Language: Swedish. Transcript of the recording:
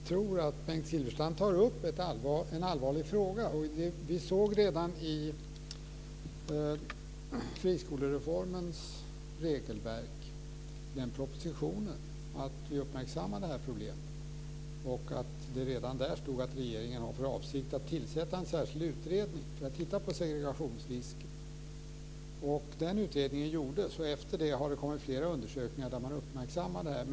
Herr talman! Bengt Silfverstrand tar upp en allvarlig fråga. Redan i propositionen om friskolereformens regelverk uppmärksammades problemet, och det stod redan där att regeringen hade för avsikt att tillsätta en särskild utredning för att titta på segregationsrisken. Den utredningen gjordes, och efter det har det kommit flera undersökningar där man uppmärksammar detta.